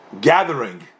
gathering